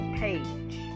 page